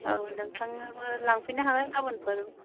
औ नोंथांनोबो लांफैनो हागोन गाबोनफोर